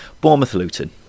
Bournemouth-Luton